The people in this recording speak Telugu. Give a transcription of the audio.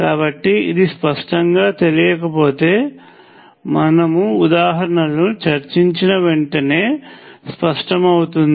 కాబట్టి ఇది స్పష్టంగా తెలియకపోతే మనము ఉదాహరణలను చర్చించిన వెంటనే స్పష్టమవుతుంది